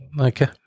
Okay